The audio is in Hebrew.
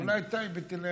זה לא